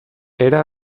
era